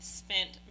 spent